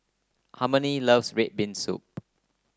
Harmony loves red bean soup